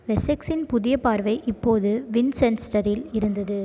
வெசெக்ஸின் புதிய பார்வை இப்போது வின்செஸ்டரில் இருந்தது